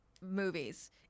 movies